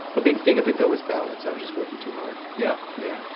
a big thing of it though, was balance. i was just working too hard. yeah. yeah.